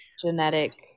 genetic